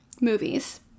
movies